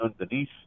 underneath